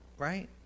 right